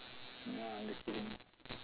no lah I'm just chilling